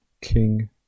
King